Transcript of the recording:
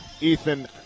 Ethan